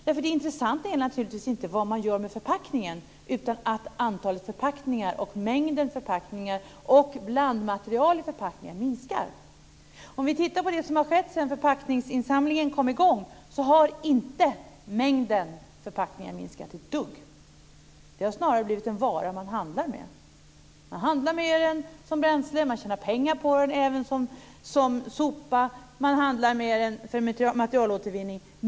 Det intressanta är naturligtvis inte vad man gör med förpackningen utan att antalet, mängden, förpackningar och blandmaterialen i förpackningarna minskar. Vi kan titta på vad som har skett sedan förpackningsinsamlandet kom i gång. Mängden förpackningar har inte minskat ett dugg. Snarare har förpackningarna blivit något som man handlar med. Man handlar med förpackningarna som bränsle och man tjänar pengar på dem även som sopor. Dessutom handlar man med dem för materialåtervinning.